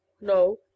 No